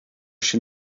się